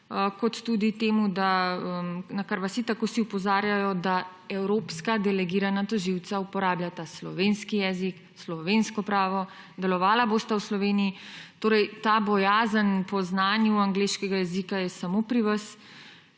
kot tudi temu, na kar vas itak vsi opozarjajo – da evropska delegirana tožilca uporabljata slovenski jezik, slovensko pravo, delovala bosta v Sloveniji. Ta bojazen o znanju angleškega jezika je torej samo pri vas